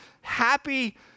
happy